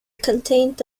contained